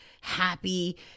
happy